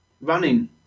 running